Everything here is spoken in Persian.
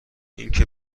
اینکه